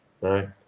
right